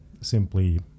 simply